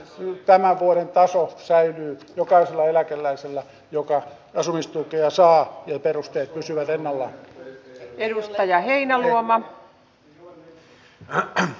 tämän vuoden taso säilyy jokaisella eläkeläisellä joka asumistukea saa ja perusteet pysyvät ennallaan